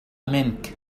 منك